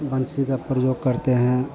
बंसी का प्रयोग करते हैं